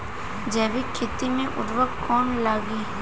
जैविक खेती मे उर्वरक कौन लागी?